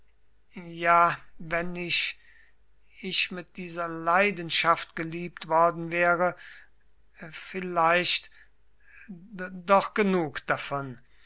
ja wenn ich ich mit dieser leidenschaft geliebt worden wäre vielleicht doch genug davon